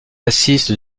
assiste